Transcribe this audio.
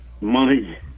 money